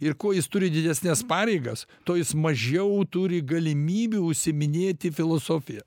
ir kuo jis turi didesnes pareigas tuo jis mažiau turi galimybių užsiiminėti filosofija